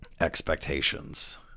Expectations